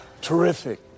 Terrific